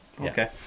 okay